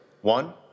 One